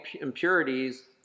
impurities